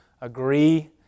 Agree